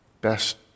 best